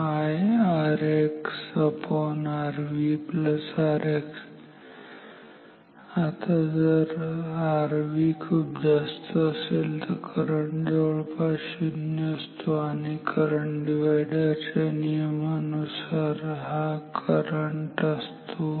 आता जर Rv खूप जास्त असेल तर हा करंट जवळपास शून्य असतो आणि करंट डिव्हायडर च्या नियमानुसार हा करंट असतो 𝐼𝑅𝑣𝑅𝑣𝑅𝑥